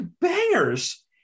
bangers